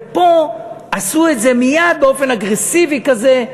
ופה עשו את זה מייד באופן אגרסיבי כזה,